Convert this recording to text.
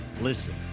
Listen